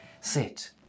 Sit